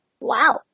Wow